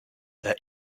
there